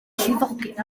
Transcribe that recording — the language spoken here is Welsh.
llifogydd